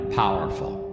powerful